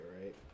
right